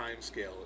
timescale